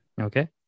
Okay